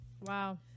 wow